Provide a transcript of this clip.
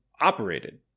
operated